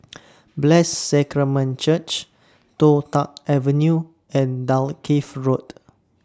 Blessed Sacrament Church Toh Tuck Avenue and Dalkeith Road